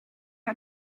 how